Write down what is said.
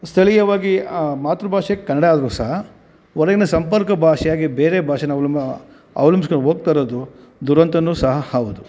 ಸ್ಥಳೀಯವಾಗಿ ಮಾತೃ ಭಾಷೆ ಕನ್ನಡ ಆದರೂ ಸಹ ಹೊರಗಿನ ಸಂಪರ್ಕ ಭಾಷೆಯಾಗಿ ಬೇರೆ ಭಾಷೇನ ಅವಲಂಬ ಅವಲಂಬ್ಸ್ಕಂಡು ಹೋಗ್ತಾ ಇರೋದು ದುರಂತನೂ ಸಹ ಹೌದು